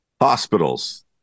Hospitals